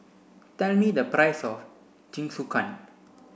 tell me the price of Jingisukan